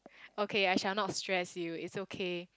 okay I shall not stress you it's okay